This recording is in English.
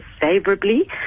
favorably